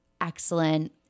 excellent